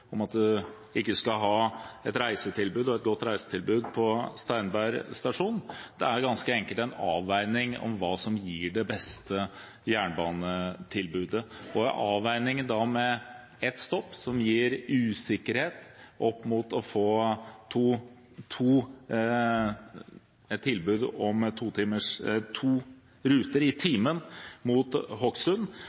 om at vi ikke skal ha et godt reisetilbud på Steinberg stasjon; det er ganske enkelt en avveining av hva som gir det beste jernbanetilbudet. I avveiningen mellom ett stopp, som gir usikkerhet, opp mot det å få et tilbud om to tog i timen mot